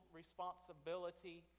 responsibility